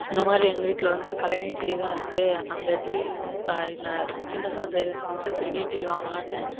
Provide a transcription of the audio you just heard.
இந்தமாதிரி எங்கள் வீட்டில் வந்து கலைஞர் டிவி தான் இருக்கு அந்த டிவி சின்னதா தெரியுதுன்னு சொல்லிட்டு பெரிய டிவி வாங்கலாம்னு